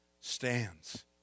stands